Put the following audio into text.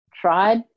tried